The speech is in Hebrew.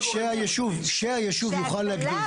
שהיישוב יוכל להגדיל.